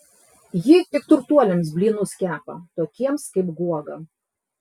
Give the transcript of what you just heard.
ji tik turtuoliams blynus kepa tokiems kaip guoga